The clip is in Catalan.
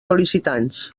sol·licitants